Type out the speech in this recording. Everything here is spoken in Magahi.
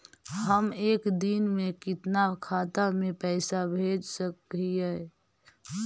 हम एक दिन में कितना खाता में पैसा भेज सक हिय?